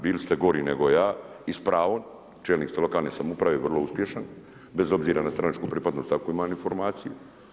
Bili ste gori nego ja i s pravom, čelnik ste lokalne samouprave, vrlo uspješno, bez obzira na stranačku pripadnost, ako imam informacije.